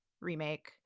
remake